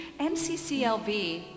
MCCLV